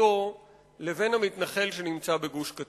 בביתו לבין מתנחל שנמצא בגוש-קטיף.